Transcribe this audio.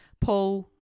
Paul